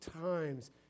times